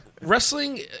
wrestling